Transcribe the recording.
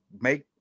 make